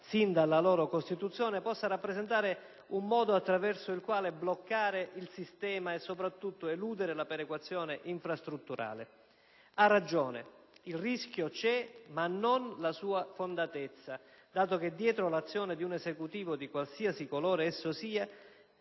sin dalla loro costituzione, possa rappresentare un modo attraverso il quale bloccare il sistema e soprattutto eludere la perequazione infrastrutturale. Ha ragione, il rischio c'è, ma non la sua fondatezza, dato che dietro l'azione di un Esecutivo che volesse fare il